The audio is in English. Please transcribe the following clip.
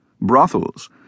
brothels